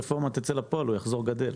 אחרי שהרפורמה תצא לפועל הוא יחזור לגדל.